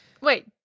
Wait